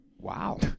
Wow